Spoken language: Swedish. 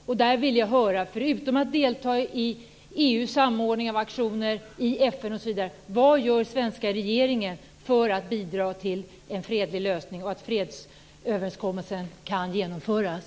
Vad gör svenska regeringen, förutom att delta i EU:s samordning av aktioner och i FN, för att bidra till en fredlig lösning och att fredsöverenskommelsen kan genomföras?